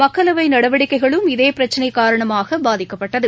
மக்களவை நடவடிக்கைகளும் இதே பிரச்சினை காரணமாக பாதிக்கப்பட்டது